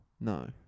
No